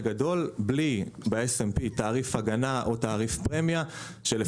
גדול בלי תעריף הגנה או תעריף פרמיה ב-S&P.